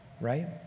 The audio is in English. right